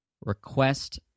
Request